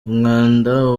umwanda